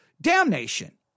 damnation